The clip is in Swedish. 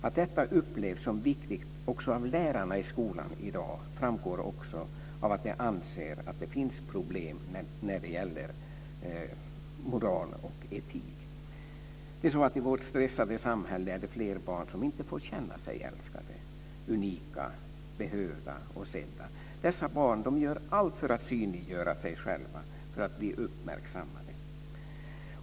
Att detta upplevs som viktigt också av lärarna i skolan i dag framgår av att de anser att det finns problem när det gäller moral och etik. Det är som att det i vårt stressade samhälle är alltfler barn som inte får känna sig älskade, unika, behövda och sedda. Dessa barn gör allt för att synliggöra sig själva, för att bli uppmärksammade.